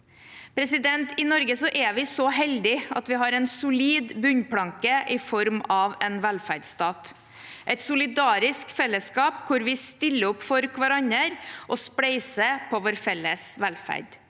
I Norge er vi så heldige at vi har en solid bunnplanke i form av en velferdsstat, et solidarisk fellesskap, hvor vi stiller opp for hverandre og spleiser på vår felles velferd.